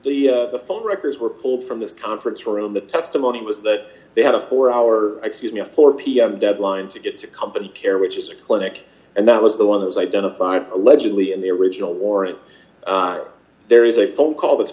that the phone records were pulled from this conference room the testimony was that they had a four hour excuse me a four pm deadline to get to company care which is a clinic and that was the one who was identified allegedly in the original warrant there is a phone call th